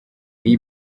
iyi